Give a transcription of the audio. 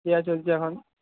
দেওয়া চলছে এখন